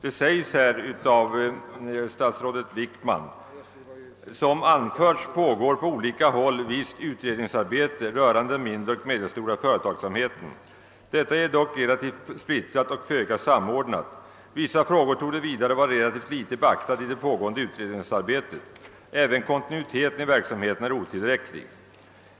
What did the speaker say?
Statsrådet Wickman sade nämligen: »Som anförts pågår på olika håll visst utredningsarbete rörande den mindre och medelstora företagsamheten. Detta är dock relativt splittrat och föga samordnat. Vissa frågor torde vidare vara relativt lite beaktade i det pågående utredningsarbetet. även kontinuiteten i verksamheten är otillräcklig.